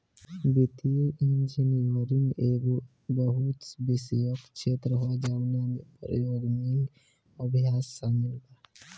वित्तीय इंजीनियरिंग एगो बहु विषयक क्षेत्र ह जवना में प्रोग्रामिंग अभ्यास शामिल बा